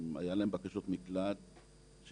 היו להם בקשות מקלט שנדחו,